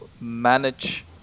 manage